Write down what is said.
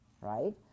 right